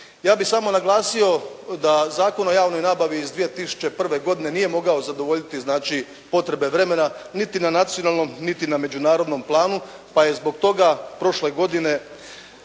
Ja bih samo naglasio da Zakon o javnoj nabavi iz 2001. godine nije mogao zadovoljiti znači potrebe vremena, niti na nacionalnom, niti na međunarodnom planu, pa je zbog toga prošle godine